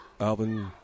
Alvin